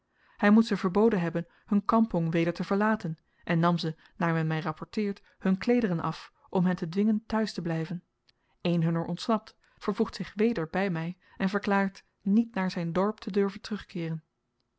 hy moet ze verboden hebben hun kampong weder te verlaten en nam ze naar men my rapporteert hun kleederen af om hen te dwingen tehuis te blyven één hunner ontsnapt vervoegt zich weder by my en verklaart niet naar zyn dorp te durven terugkeeren